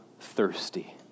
thirsty